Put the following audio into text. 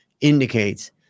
indicates